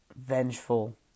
vengeful